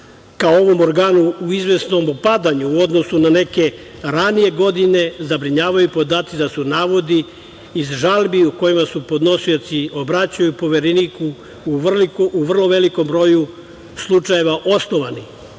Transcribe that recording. ka ovom organu u izvesnom opadanju u odnosu na neke ranije godine, zabrinjavaju podaci da su navodi iz žalbi u kojima se podnosioci obraćaju Povereniku u vrlo velikom broju slučajeva osnovani